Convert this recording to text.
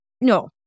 No